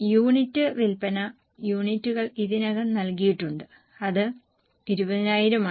unit വിൽപ്പന യൂണിറ്റുകൾ ഇതിനകം നൽകിയിട്ടുണ്ട് അത് 20000 ആണ്